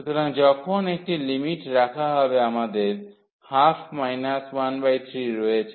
সুতরাং যখন একটি লিমিট রাখা হবে আমাদের 12 13 রয়েছে